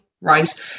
Right